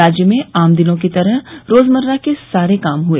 राज्य में आम दिनों की तरह रोजमर्रा के सारे काम हुए